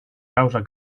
causa